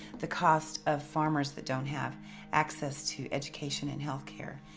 the cost of farmers that don't have access to education and health care.